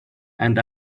and